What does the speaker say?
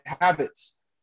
habits